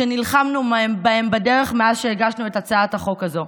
שנלחמנו בהם בדרך מאז שהגשנו את הצעת החוק הזה.